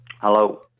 Hello